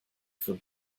for